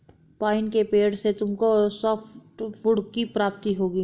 pine के पेड़ से तुमको सॉफ्टवुड की प्राप्ति होगी